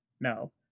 No